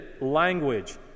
language